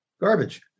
garbage